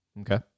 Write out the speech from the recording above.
Okay